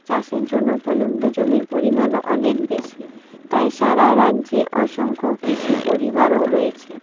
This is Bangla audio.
চাষের জন্য উপলব্ধ জমির পরিমাণও অনেক বেশী তাই সারা রাজ্যে অসংখ্য কৃষি পরিবারও রয়েছে